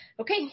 Okay